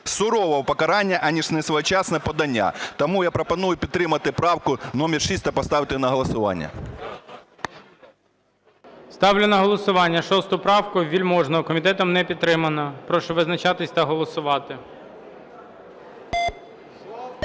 сурового покарання аніж несвоєчасне подання. Тому я пропоную підтримати правку номер 6 та поставити на голосування. ГОЛОВУЮЧИЙ. Ставлю на голосування 6 правку Вельможного. Комітетом не підтримана. Прошу визначатися та голосувати.